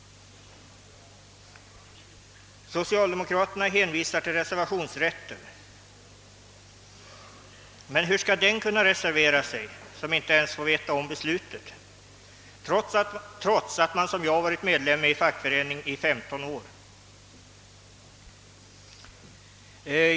Socialdemokraterna hänvisar till reservationsrätten, men hur skall den kunna reservera sig som inte ens får veta om beslutet trots att han, såsom fallet är med mig, varit medlem i fackföreningen under femton år?